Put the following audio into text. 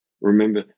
remember